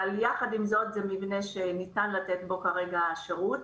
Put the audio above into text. אבל כרגע זה מבנה שניתן לתת בו שירות.